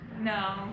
No